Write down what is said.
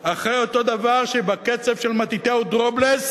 אחרי אותו דבר שבקצב של מתתיהו דרובלס